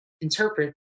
interpret